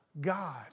God